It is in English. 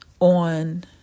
on